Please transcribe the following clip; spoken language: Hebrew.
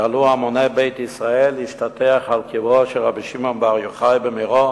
יעלו המוני בית ישראל להשתטח על קברו של רבי שמעון בר יוחאי במירון